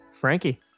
frankie